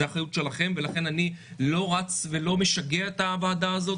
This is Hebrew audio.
זו אחריות שלכם ולכן אני לא רץ ולא משגע את הוועדה הזאת.